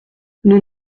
nous